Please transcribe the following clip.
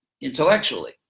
intellectually